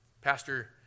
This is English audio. Pastor